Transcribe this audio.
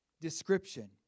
description